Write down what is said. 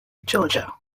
georgia